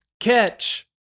Catch